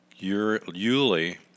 Yuli